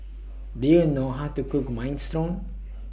Do YOU know How to Cook Minestrone